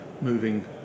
moving